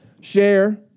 Share